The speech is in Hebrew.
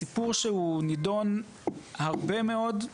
הסיפור שמעלים פה כל הזמן זה שמלכתחילה